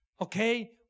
okay